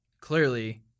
clearly-